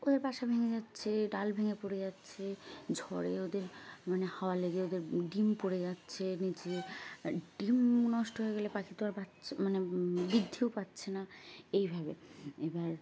ওদের বাসা ভেঙে যাচ্ছে ডাল ভেঙে পড়ে যাচ্ছে ঝড়ে ওদের মানে হাওয়া লেগে ওদের ডিম পড়ে যাচ্ছে নিচে ডিম নষ্ট হয়ে গেলে পাখি তো আর পাচ্ছে মানে বৃদ্ধিও পাচ্ছে না এইভাবে এবার